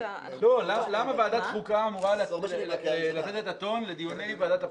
למה ועדת חוקה אמורה לתת את הטון לדיוני ועדת הפנים?